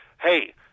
hey –